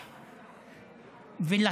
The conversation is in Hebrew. אתם,